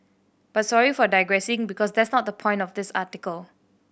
but sorry for digressing because that's not the point of this article